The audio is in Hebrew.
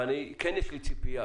אבל כן יש לי ציפייה